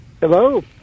Hello